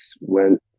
went